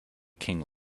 king